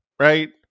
Right